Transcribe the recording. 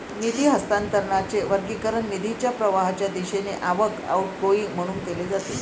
निधी हस्तांतरणाचे वर्गीकरण निधीच्या प्रवाहाच्या दिशेने आवक, आउटगोइंग म्हणून केले जाते